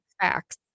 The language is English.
facts